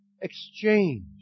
exchange